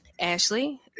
Ashley